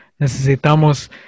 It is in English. ¿Necesitamos